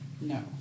No